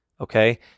Okay